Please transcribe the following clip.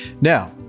Now